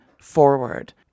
forward